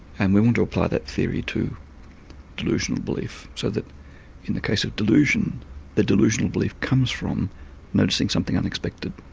and we want to apply that theory to delusional belief so that in the case of delusion the delusional belief comes from noticing something unexpected.